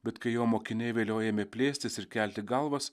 bet kai jo mokiniai veliojami plėstis ir kelti galvas